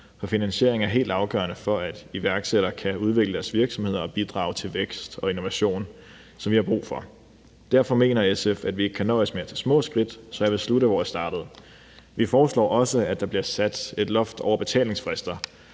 For finansieringen er helt afgørende for, at iværksættere kan udvikle deres virksomheder og bidrage til vækst og innovation, som vi har brug for. Derfor mener SF, at vi ikke kan nøjes med at tage små skridt. Så jeg vil slutte, hvor jeg startede: Vi foreslår også, at der bliver sat et loft over betalingsfrister.